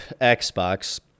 xbox